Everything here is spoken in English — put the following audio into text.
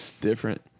Different